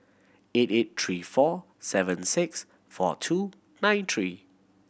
eight eight three four seven six four two nine three